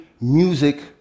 music